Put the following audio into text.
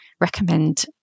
recommend